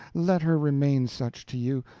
let her remain such to you,